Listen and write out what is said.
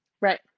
right